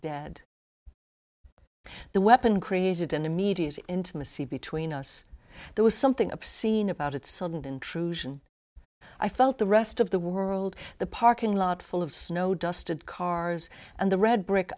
dead the weapon created an immediate intimacy between us there was something obscene about it sudden intrusion i felt the rest of the world the parking lot full of snow dusted cars and the red brick